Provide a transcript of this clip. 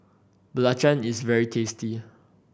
belacan is very tasty